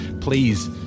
please